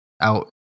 out